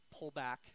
pullback